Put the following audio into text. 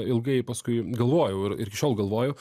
ilgai paskui galvojau ir iki šiol galvoju